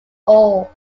all